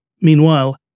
Meanwhile